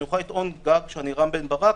אוכל לטעון שאני רם בן ברק,